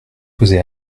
poser